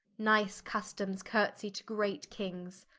nice customes cursie to great kings.